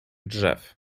drzew